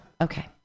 okay